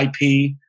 IP